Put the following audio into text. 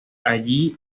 allí